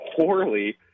poorly